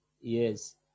yes